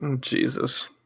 Jesus